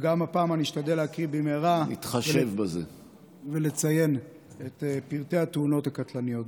וגם הפעם אני אשתדל להקריא מהר ולציין את פרטי התאונות הקטלניות.